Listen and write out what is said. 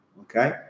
okay